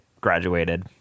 graduated